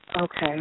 Okay